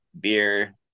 beer